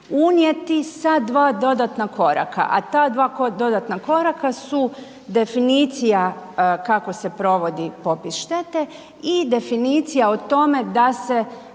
unijeti sa dva dodatna koraka, a ta dva dodatna koraka su definicija kako se provodi popis štete i definicija o tome da se